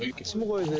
ah gets more